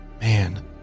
Man